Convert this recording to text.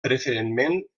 preferentment